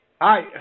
Hi